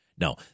No